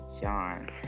john